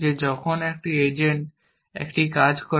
যে যখন একজন এজেন্ট একটি কাজ করে